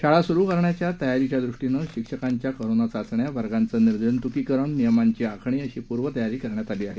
शाळा सुरु करण्याच्या तयारीच्या दृष्टीनं शिक्षकांच्या कोरोना चाचण्या वर्गांचं निर्जंतुकीकरण नियमांची आखणी अशी पुर्वतयारी करण्यात आली आहे